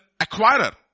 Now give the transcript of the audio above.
acquirer